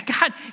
God